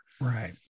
Right